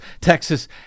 Texas